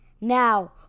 Now